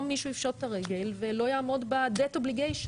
מישהו יפשוט את הרגל ולא יעמוד ב-debt obligations,